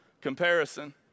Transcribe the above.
Comparison